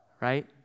right